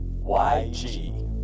YG